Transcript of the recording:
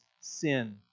sin